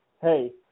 hey